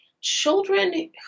children